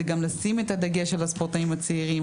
זה גם לשים את הדגש על הספורטאים הצעירים.